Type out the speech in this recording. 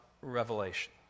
revelation